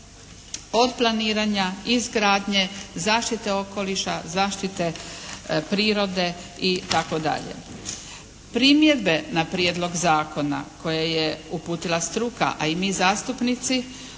od planiranja, izgradnje, zaštite okoliša, zaštite prirode itd. Primjedbe na prijedlog zakona koje je uputila struka, a im i zastupnici,